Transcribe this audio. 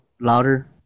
louder